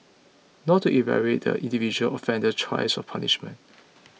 not to evaluate the individual offender's choice of punishment